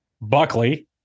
Buckley